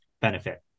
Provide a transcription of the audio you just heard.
benefit